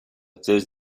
thèse